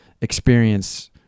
experience